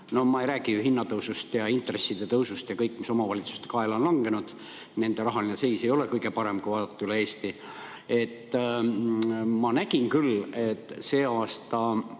No ma ei räägi ju hinnatõusust ja intresside tõusust ja kõigest, mis omavalitsuste kaela on langenud – nende rahaline seis ei ole kõige parem, kui vaadata üle Eesti. Ma nägin küll, et see aasta